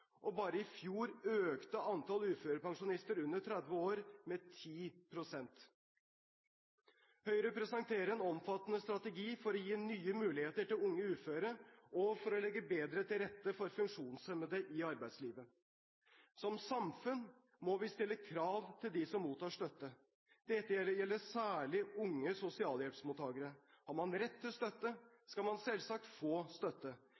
og bare i fjor økte antallet uførepensjonister under 30 år med 10 pst. Høyre presenterer en omfattende strategi for å gi nye muligheter til unge uføre og legge bedre til rette for funksjonshemmede i arbeidslivet. Som samfunn må vi stille krav til dem som mottar støtte. Det gjelder særlig unge sosialhjelpsmottagere. Har man rett til støtte, skal man selvsagt få støtte,